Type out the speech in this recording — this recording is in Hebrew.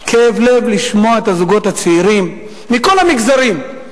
כאב-לב לשמוע את הזוגות הצעירים, מכל המגזרים.